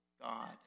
God